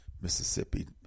Mississippi